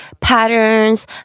patterns